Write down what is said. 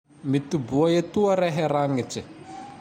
Mitoboa etoa rehe ragnitse!